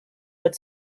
but